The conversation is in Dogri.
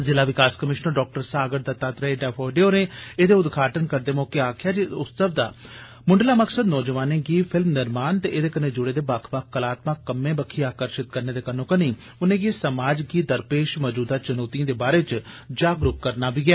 जिला विकास कमीष्नर डाक्टर सागर दत्तात्रेह डायफोडे होरें एदे उदघाटन करदे मौके आक्खेआ जे इस उत्सव दा मुंडला मकसद नौजवानें गी फिल्म निर्माण ते एदे कन्नै जुड़े बक्ख बक्ख कलात्मक कम्मे बक्खी आकर्शित करने दे कन्नोकन्नी उनेगी समाज गी दरपेष मौजूदा चुनौतिएं दे बारै च जागरुक करना बी ऐ